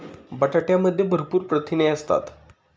बटाट्यामध्ये भरपूर प्रथिने असतात